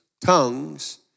tongues